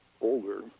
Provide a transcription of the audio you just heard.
older